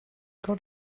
got